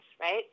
right